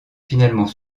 finalement